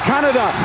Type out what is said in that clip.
Canada